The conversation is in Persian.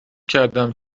کردم